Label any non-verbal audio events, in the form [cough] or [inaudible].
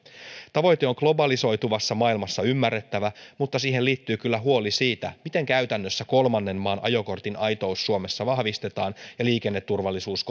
tavoite on globalisoituvassa maailmassa ymmärrettävä mutta siihen liittyy kyllä huoli siitä miten käytännössä kolmannen maan ajokortin aitous suomessa vahvistetaan ja liikenneturvallisuus [unintelligible]